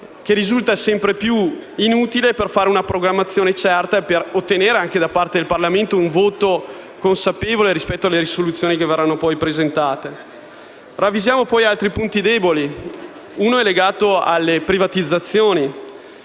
che risulta sempre più inutile per una programmazione certa e per ottenere, anche da parte del Parlamento, un voto consapevole sulle proposte di risoluzione che verranno presentate. Ravvisiamo altri punti deboli, uno dei quali legato alle privatizzazioni.